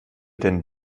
denn